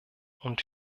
und